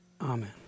amen